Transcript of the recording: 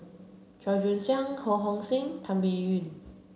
Chua Joon Siang Ho Hong Sing Tan Biyun